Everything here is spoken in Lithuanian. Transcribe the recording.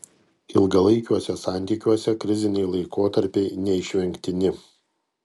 ilgalaikiuose santykiuose kriziniai laikotarpiai neišvengtini